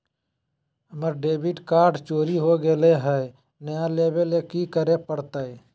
हमर debit card चोरी हो गेले हई, नया लेवे ल की करे पड़तई?